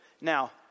Now